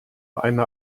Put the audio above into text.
eine